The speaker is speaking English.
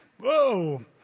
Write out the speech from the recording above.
Whoa